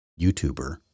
YouTuber